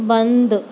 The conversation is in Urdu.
بند